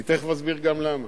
אני תיכף אסביר גם למה.